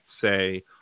say